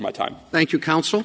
my time thank you counsel